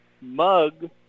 mug